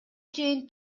чейин